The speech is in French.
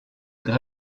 leurs